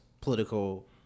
political